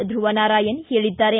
ಧುವನಾರಾಯಣ ಹೇಳಿದ್ದಾರೆ